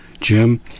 jim